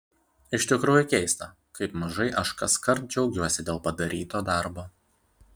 iš tikrųjų keista kaip mažai aš kaskart džiaugiuosi dėl padaryto darbo